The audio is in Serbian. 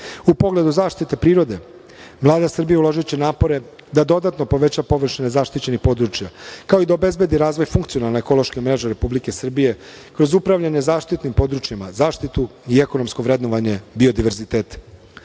pogledu zaštite prirode, Vlada Srbije uložiće napore da dodatno poveća površine zaštićenih područja, kao i da obezbedi razvoj funkcionalne ekološke mreže Republike Srbije, kroz upravljanje zaštitnim područjima, zaštitu i ekonomsko vrednovanje biodiverziteta. Vlada